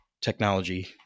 technology